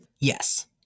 Yes